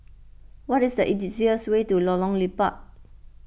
what is the easiest way to Lorong Liput